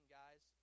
guys